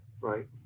Right